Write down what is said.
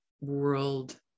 world